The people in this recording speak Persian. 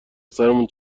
سرمون